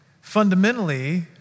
fundamentally